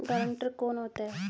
Guarantor कौन होता है?